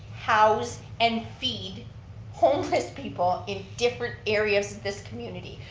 house and feed homeless people in different areas of this community.